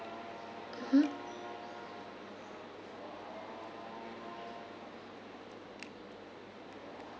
(uh huh)